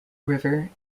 river